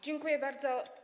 Dziękuję bardzo.